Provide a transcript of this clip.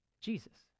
Jesus